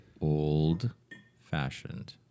old-fashioned